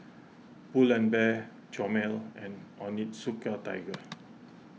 Pull and Bear Chomel and Onitsuka Tiger